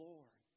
Lord